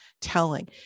telling